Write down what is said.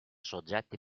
soggetti